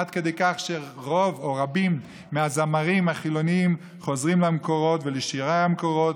עד כדי כך שרבים מהזמרים החילונים חוזרים למקורות ולשירי המקורות,